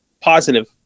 positive